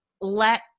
let